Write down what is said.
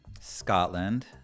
Scotland